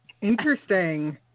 Interesting